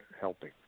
helping